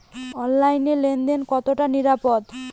অনলাইনে লেন দেন কতটা নিরাপদ?